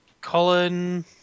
Colin